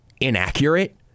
inaccurate